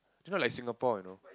is not like Singapore you know